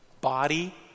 body